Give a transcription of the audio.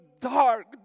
dark